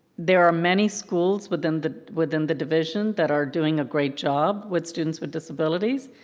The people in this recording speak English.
there are many schools within the within the division that are doing a great job with students with disabilities,